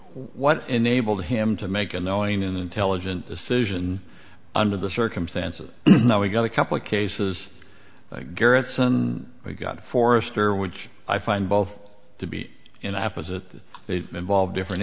what enabled him to make a knowing and intelligent decision under the circumstances no we got a couple of cases gerritsen we got forrester which i find both to be in opposite they involved different